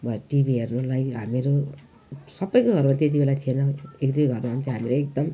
TV हेर्नुलाई हामीहरू सबैको घरमा त्यति बेला थिएन एक दुई घरमा हुन्थ्यो हामीरू एकदम